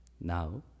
Now